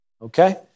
Okay